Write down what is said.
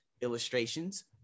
illustrations